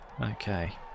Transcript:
Okay